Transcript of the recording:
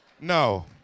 No